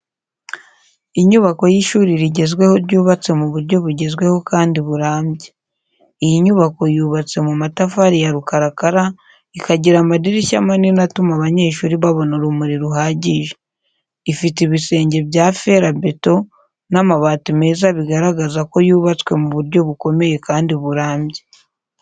Inyubako y’ishuri rigezweho ryubatswe mu buryo bugezweho kandi burambye. Iyi nyubako yubatse mu matafari ya rukarakara, ikagira amadirishya manini atuma abanyeshuri babona urumuri ruhagije. Ifite ibisenge bya ferabeto n’amabati meza bigaragaza ko yubatswe mu buryo bukomeye kandi burambye.